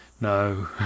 no